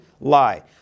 lie